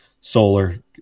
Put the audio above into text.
solar